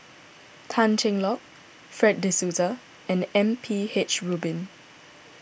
Tan Cheng Lock Fred De Souza and M P H Rubin